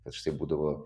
kad štai būdavo